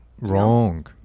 wrong